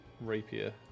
rapier